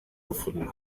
gefunden